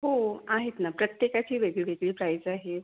हो आहेत ना प्रत्येकाची वेगळी वेगळी प्राइज आहे